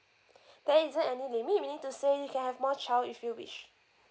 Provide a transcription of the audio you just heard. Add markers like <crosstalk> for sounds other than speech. <breath> there isn't any limit meaning to say you can have more child if you wish